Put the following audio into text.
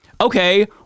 okay